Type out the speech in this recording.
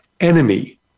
enemy